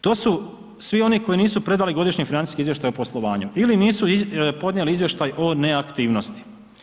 To su svi oni koji nisu predali godišnje financijske izvještaje o poslovanju ili nisu podnijeli izvještaj o neaktivnosti.